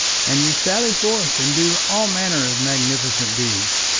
and you sally forth and do all manner of magnificent deeds.